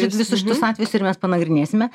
visus šitus atvejus ir mes panagrinėsime